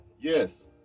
Yes